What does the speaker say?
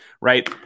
right